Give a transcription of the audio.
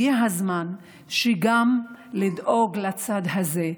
הגיע הזמן לדאוג גם לצד הזה,